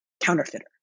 counterfeiter